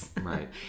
Right